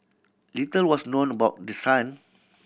little was known about the son